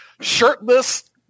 shirtless